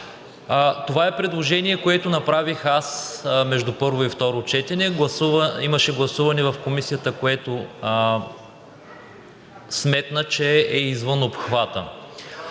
Това е предложение, което направих между първо и второ четене. Имаше гласуване в Комисията, което сметна, че е извън обхвата.